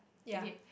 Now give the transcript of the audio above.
okay